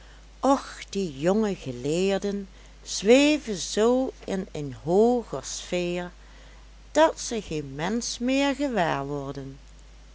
och die jonge geleerden zweven zoo in een hooger sfeer dat ze geen mensch meer gewaar worden